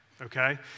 okay